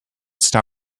star